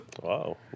Wow